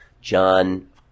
John